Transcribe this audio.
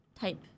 type